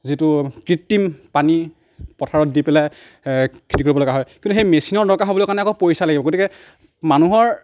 যিটো কৃত্ৰিম পানী পথাৰত দি পেলাই খেতি কৰিবলগা হয় কিন্তু সেই মেছিনৰ দৰকাৰ হ'বলৈ কাৰণে আকৌ পইচা লাগিব গতিকে মানুহৰ